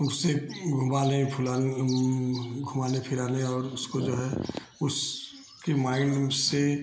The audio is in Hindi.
उससे घुमा लें फुला घुमाने फिराने और उसको जो है उसकी माइंड उससे